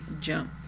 jump